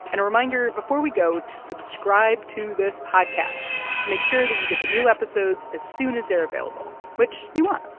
and a reminder before we go to subscribe to this podcast to make sure that you get the new episodes as soon as they're available, which you want.